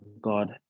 God